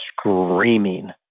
screaming